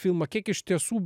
filmą kiek iš tiesų